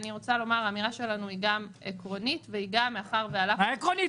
האמירה שלנו היא גם עקרונית והיא גם --- מה עקרוני?